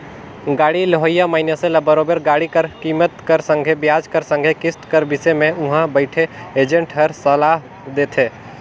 गाड़ी लेहोइया मइनसे ल बरोबेर गाड़ी कर कीमेत कर संघे बियाज कर संघे किस्त कर बिसे में उहां बइथे एजेंट हर सलाव देथे